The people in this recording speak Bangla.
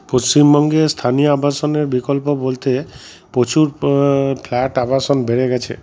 পশ্চিমবঙ্গের স্থানীয় আবাসনের বিকল্প বলতে প্রচুর ফ্ল্যাট আবাসন বেড়ে গেছে